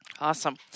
Awesome